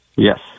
Yes